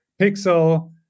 pixel